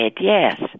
yes